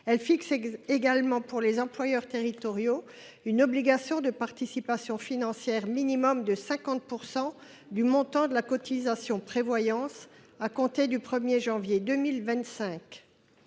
Elle fixe également, pour les employeurs territoriaux, une obligation de participation financière minimale de 50 % du montant de la cotisation prévoyance, à compter du 1 janvier 2025.